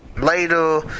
later